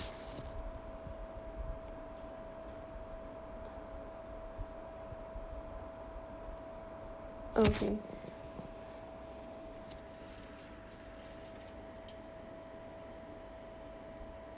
okay